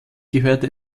gehörte